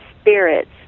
spirits